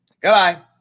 Goodbye